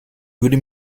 würde